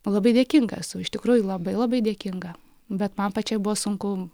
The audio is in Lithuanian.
labai dėkinga esu iš tikrųjų labai labai dėkinga bet man pačiai buvo sunku